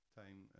time